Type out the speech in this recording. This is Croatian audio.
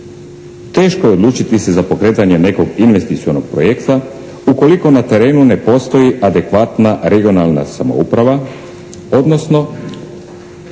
Teško je odlučiti se za pokretanje nekog investicionog projekta ukoliko na terenu ne postoji adekvatna regionalna samouprava, odnosno